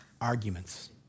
Arguments